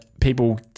people